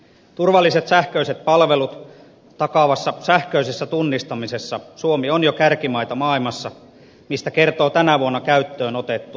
turvalliset sähköiset palvelut takaavassa sähköisessä tunnistamisessa suomi on jo kärkimaita maailmassa mistä kertoo tänä vuonna käyttöön otettu mobiilivarmenne